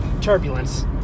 turbulence